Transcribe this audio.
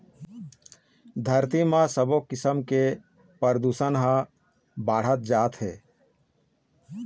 धरती म सबो किसम के परदूसन ह बाढ़त जात हे